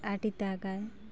ᱟᱹᱰᱤ ᱫᱟᱜᱟᱭ